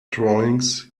drawings